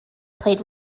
played